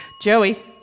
Joey